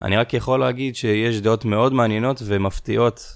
אני רק יכול להגיד שיש דעות מאוד מעניינות ומפתיעות.